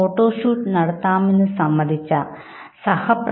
ഇടതുവശം ആണെന്ന് എന്ന് കണ്ടെത്തിയിട്ടുണ്ട്